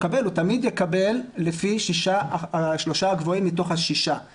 הוא תמיד יקבל לפי השלושה הגבוהים מתוך השישה.